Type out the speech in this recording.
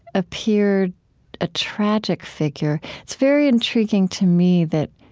appeared a tragic figure it's very intriguing to me that,